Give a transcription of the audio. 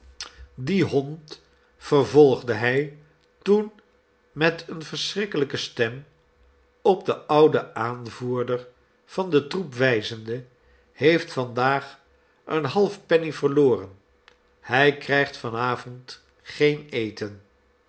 die hond vervolgde hij toen met eene verschrikkelijke stem op den ouden aanvoerder van den troep wijzende heeft vandaag een halfpenny verloren hij krijgt van avond geen eten